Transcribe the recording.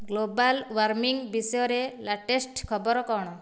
global warming ବିଷୟରେ latest ଖବର କ'ଣ